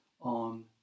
on